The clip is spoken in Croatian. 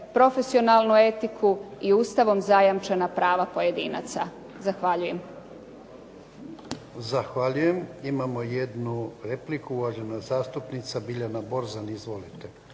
profesionalnu etiku i Ustavom zajamčena prava pojedinaca. Zahvaljujem. **Jarnjak, Ivan (HDZ)** Zahvaljujem. Imamo jednu repliku. Uvažena zastupnica Biljana Borzan. Izvolite.